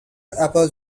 apple